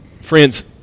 Friends